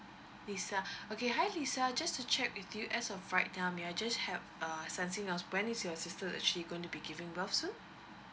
lisa okay hi lisa just to check with you as of right now may I just have uh sensing of when is your sister actually going to be giving birth soon